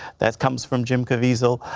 that comes from jim caviezel.